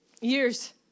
years